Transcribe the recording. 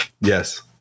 Yes